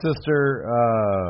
sister